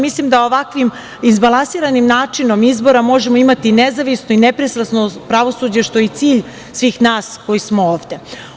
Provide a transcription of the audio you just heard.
Mislim da ovakvim izbalansiranim načinom izbora možemo imati nezavisno i nepristrasno pravosuđe, što je i cilj svih nas koji smo ovde.